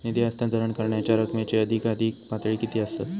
निधी हस्तांतरण करण्यांच्या रकमेची अधिकाधिक पातळी किती असात?